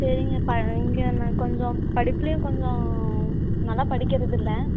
சரிங்க ப இங்கே நான் கொஞ்சம் படிப்புலேயும் கொஞ்சம் நல்லா படிக்கிறதில்லை